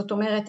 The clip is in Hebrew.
זאת אומרת,